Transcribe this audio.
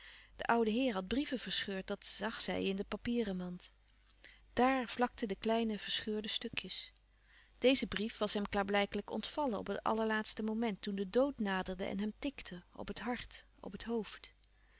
de oude heer had brieven verscheurd dat zag zij in de papierenmand daar vlakten de kleine verscheurde stukjes deze brief was hem klaarblijkelijk ontvallen op het allerlaatste moment toen de dood naderde en hem tikte op het hart op het hoofd